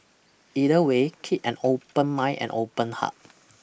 either way keep an open mind and open heart